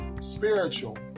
spiritual